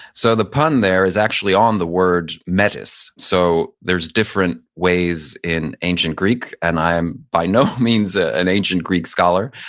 so the pun there is actually on the word metis. so there's different ways in ancient greek, and i'm by no means an ancient greek scholar.